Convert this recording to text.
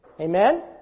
Amen